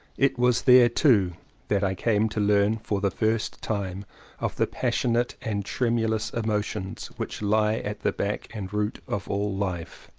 it was there too that i came to learn for the first time of the passionate and tremu lous emotions which lie at the back and root of all life.